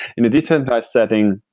in a decentralized setting,